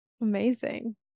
amazing